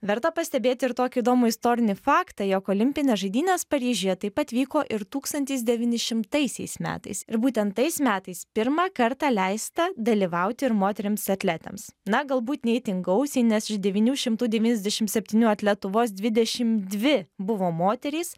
verta pastebėti ir tokį įdomų istorinį faktą jog olimpinės žaidynės paryžiuje taip pat vyko ir tūkstantis devyni šimtaisiais metais ir būtent tais metais pirmą kartą leista dalyvauti ir moterims atletėms na galbūt ne itin gausiai nes iš devynių šimtų devyniasdešim septynių atletų vos dvidešim dvi buvo moterys